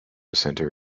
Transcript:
center